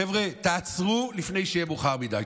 חבר'ה, תעצרו לפני שיהיה מאוחר מדי.